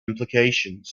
implications